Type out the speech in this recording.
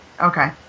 Okay